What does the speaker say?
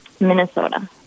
Minnesota